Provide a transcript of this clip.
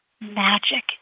magic